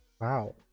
Wow